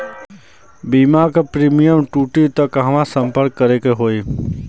बीमा क प्रीमियम टूटी त कहवा सम्पर्क करें के होई?